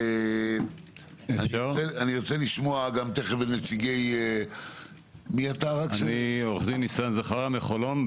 אני רוצה לשמוע גם את עורך הדין ניסן זכריה מחולון.